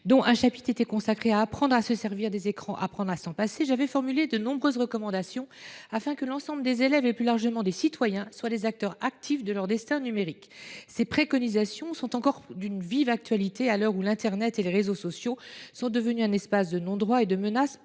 avait pour objet :« Apprendre à se servir des écrans et apprendre à s’en passer », j’avais formulé de nombreuses propositions pour que l’ensemble des élèves, et plus largement des citoyens, soient des acteurs actifs de leur destin numérique. Ces préconisations sont encore d’une vive actualité, à l’heure où internet et les réseaux sociaux sont devenus un espace de non droit et de menaces